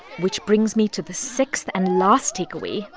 which brings me to the sixth and last takeaway.